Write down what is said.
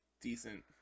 decent